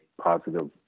positive